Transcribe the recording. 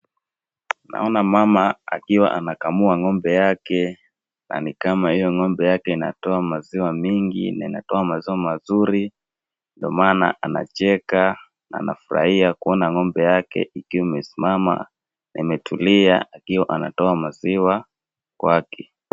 Naona mama akiwa anakamua ng'ombe yake na ni kama hiyo ng'ombe yake inatoa maziwa mingi na inatoa maziwa mazuri ndo maana anacheka na anafurahia kuona ng'ombe yake ikiwa imesimama na imetulia akiwa anatoa maziwa kwake.